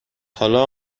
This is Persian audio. حالا